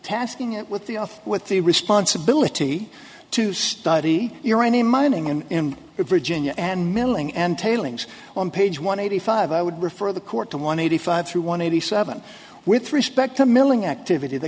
tasking it with the off with the responsibility to study you're a mining in virginia and milling and tailings on page one eighty five i would refer the court to one eighty five through one eighty seven with respect to milling activity the